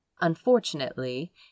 Unfortunately